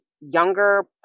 younger